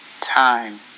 time